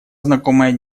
знакомая